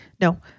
no